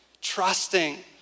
trusting